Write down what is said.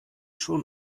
schon